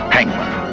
Hangman